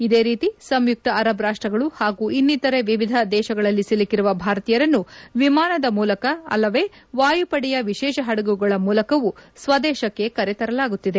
ಇದೇ ರೀತಿ ಸಂಯುಕ್ತ ಅರಬ್ ರಾಷ್ಷಗಳು ಹಾಗೂ ಇನ್ನಿತರೆ ವಿವಿಧ ದೇಶಗಳಲ್ಲಿ ಸಿಲುಕಿರುವ ಭಾರತೀಯರನ್ನು ವಿಮಾನದ ಮೂಲಕ ಅಲ್ಲದೇ ವಾಯುಪಡೆಯ ವಿಶೇಷ ಹಡಗುಗಳ ಮೂಲಕವೂ ಸ್ತದೇಶಕ್ಕೆ ಕರೆತರಲಾಗುತ್ತಿದೆ